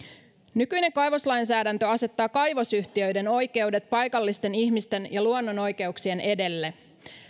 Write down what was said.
nykyinen kaivoslainsäädäntö asettaa kaivosyhtiöiden oikeudet paikallisten ihmisten ja luonnon oikeuksien edelle